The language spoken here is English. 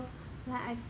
so like I